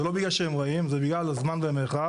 זה לא בגלל שהם רעים, זה בגלל הזמן והמרחב.